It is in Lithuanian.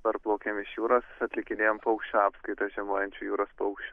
parplaukėm iš jūros atlikinėjom paukščių apskaitą žiemojančių jūros paukščių